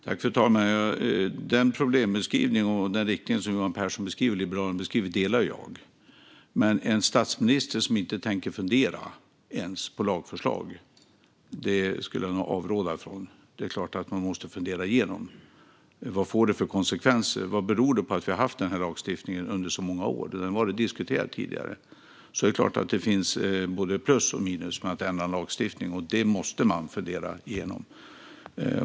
Fru talman! Den problembeskrivning och den riktning som Johan Pehrson och Liberalerna beskriver delar jag. Men att som statsminister inte ens fundera på lagförslag skulle jag nog avråda från. Det är klart att man måste fundera igenom vad det får för konsekvenser och vad det beror på att vi har haft denna lagstiftning under så många år. Den har diskuterats tidigare. Det är klart att det finns både plus och minus med att ändra en lagstiftning, och det måste man fundera igenom.